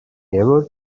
never